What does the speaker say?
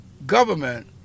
government